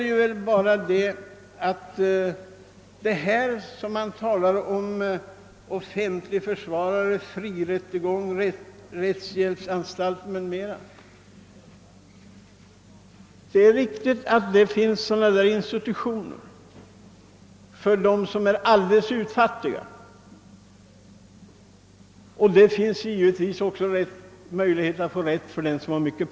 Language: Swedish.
Det hänvisas i detta sammanhang ofta till att vi har offentliga försvarare, fri rättegång, rättshjälpsanstalter o. s. v., och det är riktigt att de institutionerna står till buds för dem som är helt utfattiga. Likaså har människor med mycket pengar möjligheter att få sin rätt.